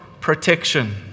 protection